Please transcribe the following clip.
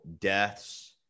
deaths